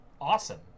awesome